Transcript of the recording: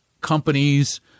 companies